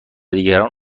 دیگران